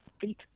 feet